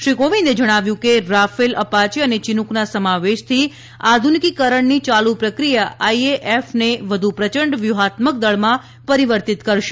શ્રી કોવિંદે જણાવ્યું હતું કે રાફેલ અપાચે અને ચિનૂકના સમાવેશથી આધુનિકીકરણની ચાલુ પ્રક્રિયા આઇએએફને વધુ પ્રચંડ વ્યૂહાત્મક દળમાં પરિવર્તિત કરશે